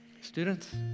Students